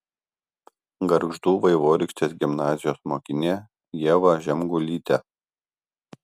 gargždų vaivorykštės gimnazijos mokinė ieva žemgulytė